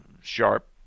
sharp